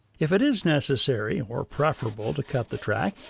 if it is necessary or preferable to cut the track,